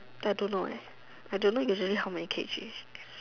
I don't know leh I don't know usually how many k_g